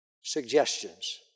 suggestions